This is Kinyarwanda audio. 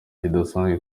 kidasanzwe